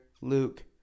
Luke